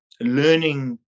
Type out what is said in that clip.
learning